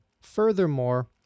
Furthermore